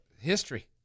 history